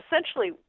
essentially